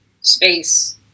space